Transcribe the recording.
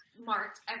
marked